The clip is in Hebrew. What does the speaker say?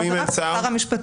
אם אין שר?